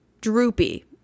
Droopy